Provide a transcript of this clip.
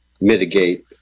mitigate